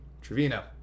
Trevino